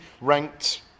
ranked